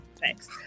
Thanks